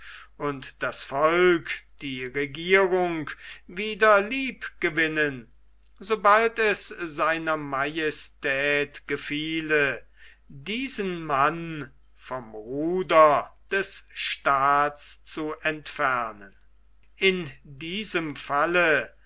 und das volk die regierung wieder lieb gewinnen sobald es sr majestät gefiele diesen mann vom ruder des staats zu entfernen in diesem falle